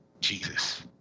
Jesus